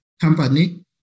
company